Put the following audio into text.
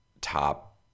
top